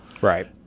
Right